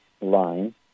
line